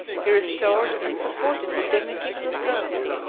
he restored and supported the dignity of the throne,